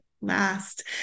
last